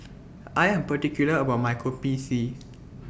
I Am particular about My Kopi C